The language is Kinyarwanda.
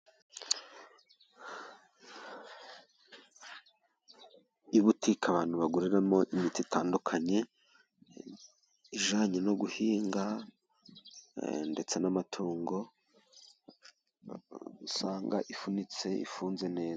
Butike abantu baguriramo imiti itandukanye, ijyanye no guhinga ndetse n'amatungo, usanga ifunitse, ifunze neza.